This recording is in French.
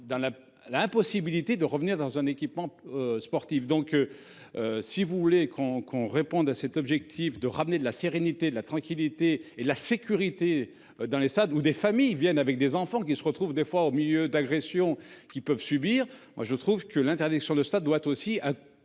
dans la l'impossibilité de revenir dans un équipement sportif, donc. Si vous voulez qu'on qu'on réponde à cet objectif de ramener de la sérénité de la tranquillité et la sécurité dans les stades ou des familles viennent avec des enfants qui se retrouve des fois au milieu d'agressions qui peuvent subir moi je trouve que l'interdiction de stade doit aussi.